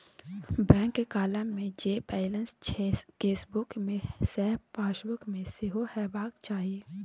bank column मे जे balance छै केसबुक मे सैह पासबुक मे सेहो हेबाक चाही